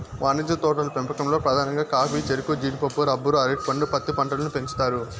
వాణిజ్య తోటల పెంపకంలో పధానంగా కాఫీ, చెరకు, జీడిపప్పు, రబ్బరు, అరటి పండు, పత్తి పంటలను పెంచుతారు